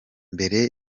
mbere